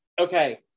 Okay